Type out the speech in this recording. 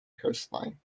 coastline